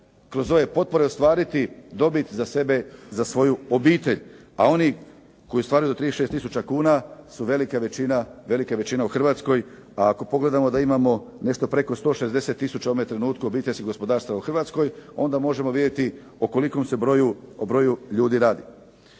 kroz ove potpore ostvariti dobit za sebe, za svoju obitelj. A oni koji ostvaruju do 36000 kuna su velika većina u Hrvatskoj, a ako pogledamo da imamo nešto preko 160000 u ovome trenutku obiteljskih gospodarstava u Hrvatskoj onda možemo vidjeti o kolikom se broju ljudi radi.